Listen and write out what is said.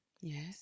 Yes